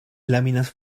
láminas